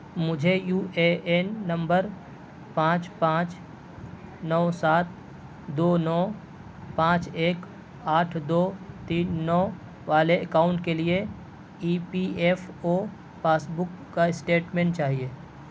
مجھے U A N number پانچ پانچ نو سات دو نو پانچ ایک آٹھ دو تین نو والے اکاؤنٹ کے لیے E P F O passbook کا اسٹیٹمنٹ چاہیے